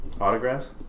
Autographs